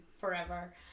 forever